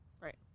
Right